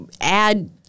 add